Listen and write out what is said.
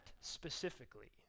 specifically